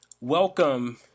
welcome